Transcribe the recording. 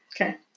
Okay